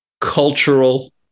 cultural